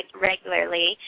regularly